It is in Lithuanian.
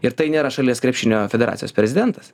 ir tai nėra šalies krepšinio federacijos prezidentas